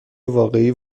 واقعی